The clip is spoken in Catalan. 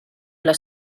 les